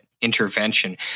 intervention